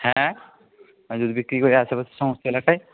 হ্যাঁ আমি দুধ বিক্রি করি আশেপাশের সমস্ত এলাকায়